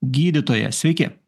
gydytoja sveiki